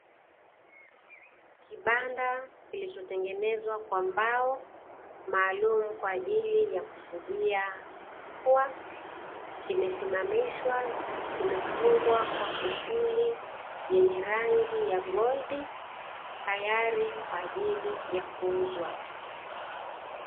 Kibanda kilichotengenezwa kwa mbao maalumu kwa ajili ya kufugia mbwa, kimesimamishwa, kimefungwa kwa kufuli yenye rangi ya goldi, tayari kwa ajili ya kuuzwa.